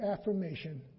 affirmation